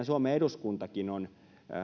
suomen eduskuntakin on